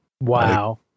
Wow